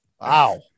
Wow